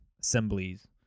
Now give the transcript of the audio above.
assemblies